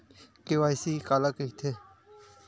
KYC काला कइथे?